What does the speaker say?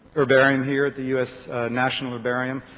herbarium here at the us national herbarium,